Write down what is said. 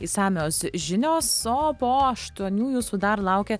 išsamios žinios o po aštuonių jūsų dar laukia